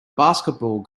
basketball